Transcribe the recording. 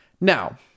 Now